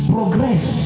Progress